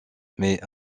mais